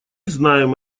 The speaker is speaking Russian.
знаем